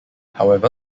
hence